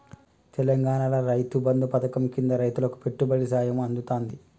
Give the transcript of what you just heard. తెలంగాణాల రైతు బంధు పథకం కింద రైతులకు పెట్టుబడి సాయం అందుతాంది